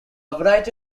variety